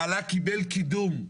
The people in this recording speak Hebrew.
בעלה קיבל קידום,